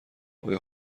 آیا